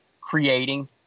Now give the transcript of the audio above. creating